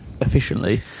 efficiently